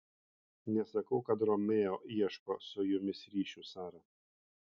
nesakau kad romeo ieško su jumis ryšių sara